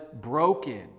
broken